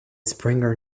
springer